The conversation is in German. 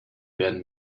werden